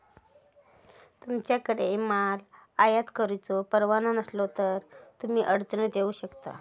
तुमच्याकडे माल आयात करुचो परवाना नसलो तर तुम्ही अडचणीत येऊ शकता